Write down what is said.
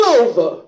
over